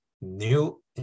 new